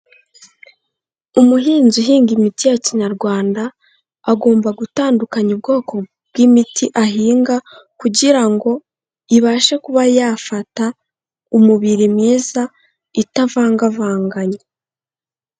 Umuhinzi uhinga imiti ya kinyarwanda, agomba gutandukanya ubwoko bw'imiti ahinga, kugira ngo ibashe kuba yafata umubiri mwiza itavangavanganye.